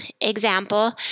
example